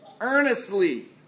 earnestly